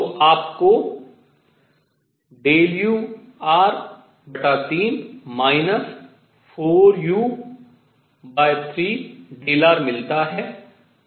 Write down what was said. तो आपको ur3 4u3r मिलता है